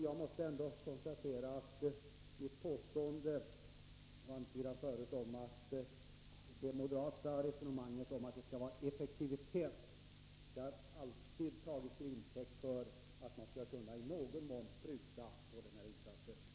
Jag måste vidhålla mitt tidigare påstående om att det moderata resonemanget om effektivitet alltid har tagits till intäkt för att i någon mån pruta på denna insats.